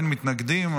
אין מתנגדים,